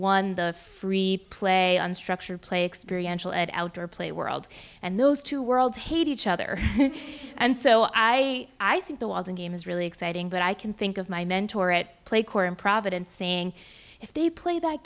one the free play unstructured play experience at outdoor play world and those two worlds hate each other and so i i think the walton game is really exciting but i can think of my mentor at play corps in providence saying if they play that